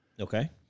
Okay